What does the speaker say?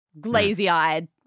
Glazy-eyed